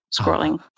scrolling